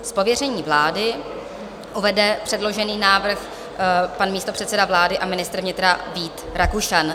S pověřením vlády uvede předložený návrh pan místopředseda vlády a ministr vnitra Vít Rakušan.